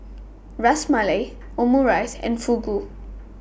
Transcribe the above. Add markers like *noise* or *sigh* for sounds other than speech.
*noise* Ras Malai *noise* Omurice and Fugu